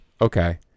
Okay